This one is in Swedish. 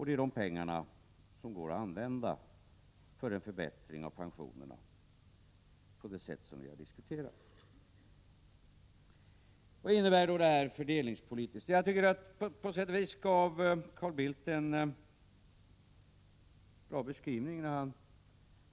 Det är de pengarna som går att använda till en förbättring av pensionerna på det sätt som vi har diskuterat. Vad innebär då det här fördelningspolitiskt? På sätt och vis gav Carl Bildt en bra beskrivning.